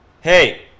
Hey